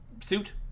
suit